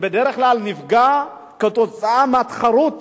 בדרך כלל נפגע כתוצאה מהתחרות